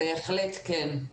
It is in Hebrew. בהחלט כן.